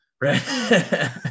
Right